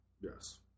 Yes